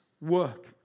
work